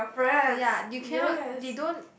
ya you cannot they don't